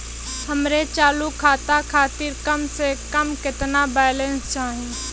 हमरे चालू खाता खातिर कम से कम केतना बैलैंस चाही?